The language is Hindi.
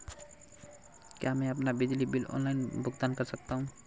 क्या मैं अपना बिजली बिल ऑनलाइन भुगतान कर सकता हूँ?